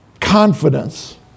confidence